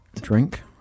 drink